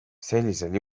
sellisel